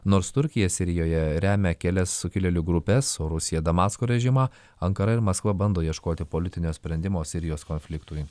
nors turkija sirijoje remia kelias sukilėlių grupes o rusija damasko režimą ankara ir maskva bando ieškoti politinio sprendimo sirijos konfliktui